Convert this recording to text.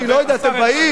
אני לא יודע, אתם באים,